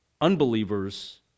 unbelievers